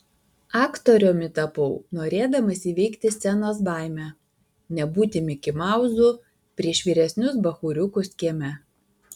aktoriumi tapau norėdamas įveikti scenos baimę nebūti mikimauzu prieš vyresnius bachūriukus kieme